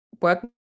work